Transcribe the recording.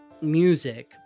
music